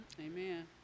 Amen